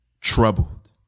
troubled